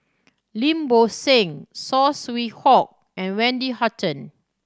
Lim Bo Seng Saw Swee Hock and Wendy Hutton